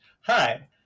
Hi